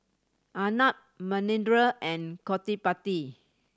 Arnab Manindra and Gottipati